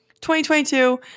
2022